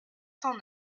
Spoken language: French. cent